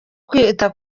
kwita